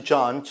John